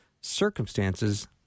circumstances